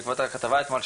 בעקבות הכתבה אתמול,